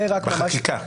בחקיקה.